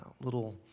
little